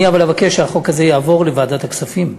אני רק אבקש שהחוק הזה יעבור לוועדת הכספים.